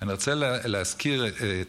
אני רוצה להזכיר את